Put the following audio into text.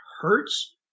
hurts